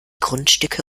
grundstücke